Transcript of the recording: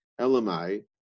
Elamai